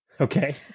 Okay